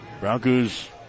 Broncos